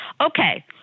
okay